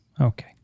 Okay